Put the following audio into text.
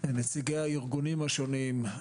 נציגי הארגונים השונים,